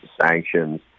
sanctions